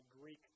Greek